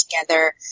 together